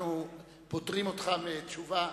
אנחנו פוטרים אותך מתשובה.